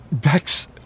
Bex